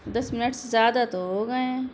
دس minute سے زیادہ تو ہو گئے ہیں